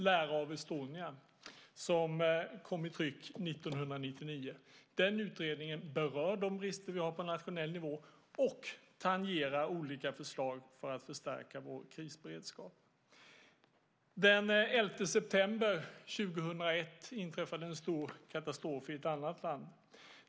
Lära av Estonia kom ur tryck 1999, berör de brister som vi har på nationell nivå och tangerar olika förslag för att förstärka vår krisberedskap. Den 11 september 2001 inträffade en stor katastrof i ett annat land.